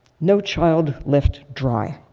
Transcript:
no child left dry.